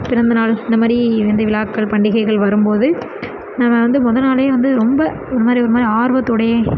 பிறந்தநாள் இந்த மாதிரி இந்த விழாக்கள் பண்டிகைகள் வரும்போது நம்ம வந்து மொதல் நாளே வந்து ரொம்ப ஒரு மாதிரி ஒரு மாதிரி ஆர்வத்தோடேயே